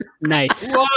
Nice